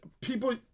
people